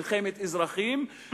מלחמת אזרחים,